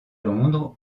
londres